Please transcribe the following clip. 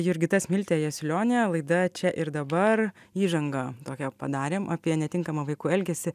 jurgita smiltė jasiulionė laida čia ir dabar įžangą tokią padarėm apie netinkamą vaikų elgesį